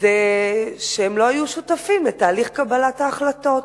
זה שהם לא היו שותפים לתהליך קבלת ההחלטות,